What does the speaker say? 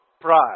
Pride